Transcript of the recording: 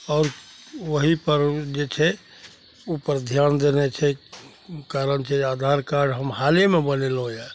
आओर ओहीपर जे छै ओहिपर धिआन देने छै ओ कारण छै आधार कार्ड हम हालेमे बनेलहुँ यऽ